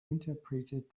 interpreted